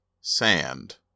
sand